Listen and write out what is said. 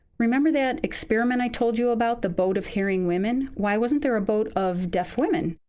remember that experiment i told you about, the boat of hearing women? why wasn't there a boat of deaf women?